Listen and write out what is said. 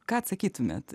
ką atsakytumėt